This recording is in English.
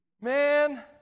Man